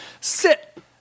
Sit